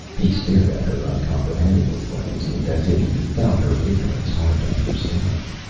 he stared at her uncomprehendingly for an instant, as if he found her ignorance hard to understand.